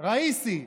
ראיסי.